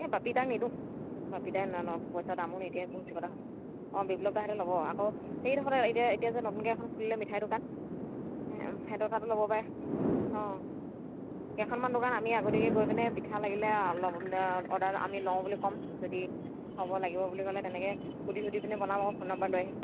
এই বাপিদাক নিদোঁ বাপি দাই পইচা দামো নিদিয়ে বহুত চিকটা হয় অঁ বিপ্লৱদাহঁতে হ'ব আকৌ সেইডোখৰতে এতিয়া এতিয়া যে নতুনকৈ এখন খুলিলে মিঠাই দোকান সিহঁতৰ তাতো ল'ব পাৰে অঁ কেইখনমান দোকানা আমি আগতীয়াকৈ গৈ পিনে পিঠা লাগিলে অৰ্ডাৰ আমি লওঁ বুলি ক'ম যদি হ'ব লাগিব বুলি ক'লে তেনেকৈ সুধি সুধি পিনি বনাম আকৌ ফোন নাম্বাৰ লৈ আহিম